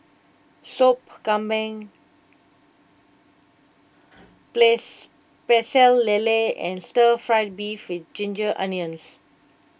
Sop Kambing place Pecel Lele and Stir Fried Beef with Ginger Onions